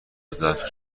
ضعف